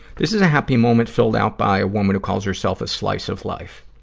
this is a happy moment filled out by a woman who calls herself a slice of life.